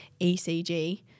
ECG